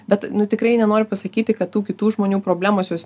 bet nu tikrai nenoriu pasakyti kad kitų žmonių problemos jos